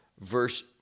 verse